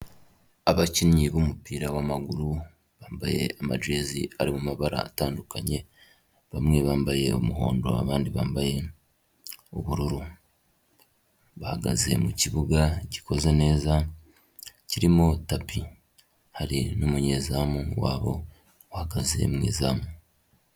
Abakinnyi b'umupira w'amaguru bambaye amajezi ari mu mabara atandukanye bamwe bambaye umuhondo abandi bambaye ubururu, bahagaze mu kibuga gikoze neza kirimo tapi, hari n'umunyezamu wabo uhagaze mu izamu.